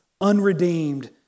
unredeemed